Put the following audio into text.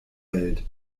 welt